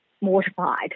mortified